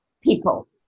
people